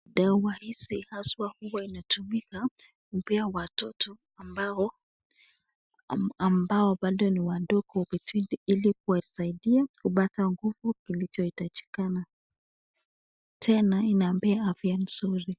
Dawa hizi haswa huwa inatumika kupewa watoto ambao pado no wadogo hili kuwasaidia kupata nguvu iliyofakikana tena inapea afya nzuri.